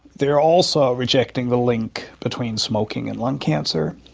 they are also rejecting the link between smoking and lung cancer,